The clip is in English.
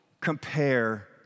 compare